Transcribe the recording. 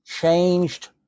changed